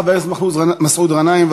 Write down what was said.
חבר הכנסת מסעוד גנאים,